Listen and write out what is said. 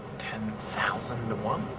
ten thousand to one.